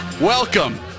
welcome